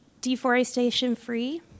deforestation-free